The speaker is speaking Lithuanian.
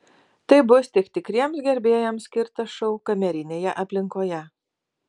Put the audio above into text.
tai bus tik tikriems gerbėjams skirtas šou kamerinėje aplinkoje